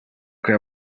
que